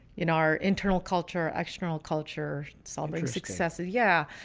in our internal culture, external culture, celebrate successes, yeah.